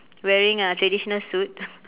wearing a traditional suit